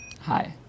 Hi